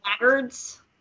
laggards